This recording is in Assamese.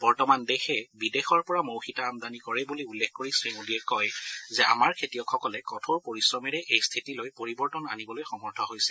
বৰ্তমান দেশে বিদেশৰ পৰা মৌ সিতা আমদানি কৰে বুলি উল্লেখ কৰি শ্ৰীমোদীয়ে কয় যে আমাৰ খেতিয়কসকলে কঠোৰ পৰিশ্ৰমেৰে এই স্থিতিলৈ পৰিৱৰ্তন আনিবলৈ সমৰ্থ হৈছে